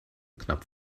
knapp